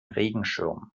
regenschirm